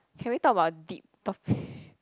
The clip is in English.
can we talk about deep topic